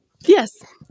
yes